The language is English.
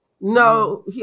No